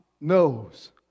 knows